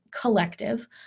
collective